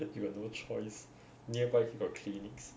you got no choice nearby here got clinics